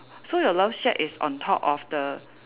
so your love shack is on top of the